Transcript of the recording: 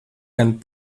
gan